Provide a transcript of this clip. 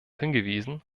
hingewiesen